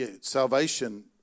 Salvation